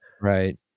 Right